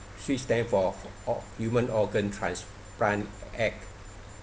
which stand for or~ human organ transplant act